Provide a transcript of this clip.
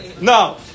No